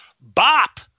Bop